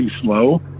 slow